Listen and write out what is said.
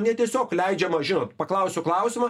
ne tiesiog leidžiama žinot paklausiu klausimą